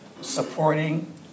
supporting